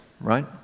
right